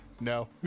No